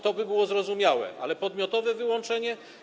To by było zrozumiałe, ale podmiotowe wyłączenie?